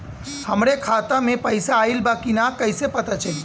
हमरे खाता में पैसा ऑइल बा कि ना कैसे पता चली?